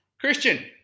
Christian